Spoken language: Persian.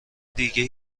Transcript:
دیگه